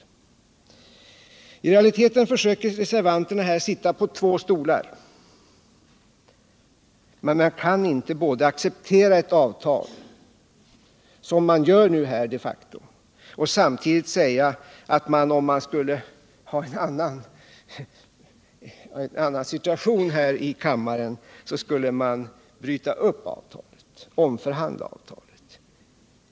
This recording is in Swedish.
I realiteten försöker reservanterna sitta på två stolar. Men man kan inte både acceptera ett avtal, som man gör nu de facto, och samtidigt säga att om det var en annan situation här i kammaren skulle man bryta upp avtalet, omförhandla avtalet.